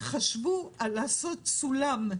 חשבו לעשות סולם,